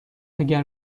اگر